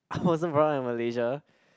I wasn't born in Malaysia